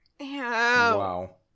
Wow